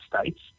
States